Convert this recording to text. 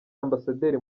ambasaderi